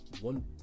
one